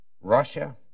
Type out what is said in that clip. Russia